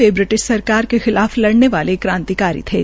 वे British सरकार के खिलाफ लड़ने वाले क्रांतिकारी थे